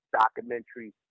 documentary